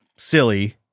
Silly